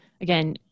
again